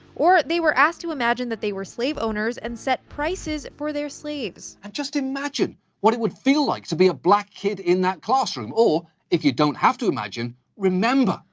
or they were asked to imagine that they were slave owners and set prices for their slaves. just imagine what it would feel like to be a black kid in that classroom, or, if you don't have to imagine, remember.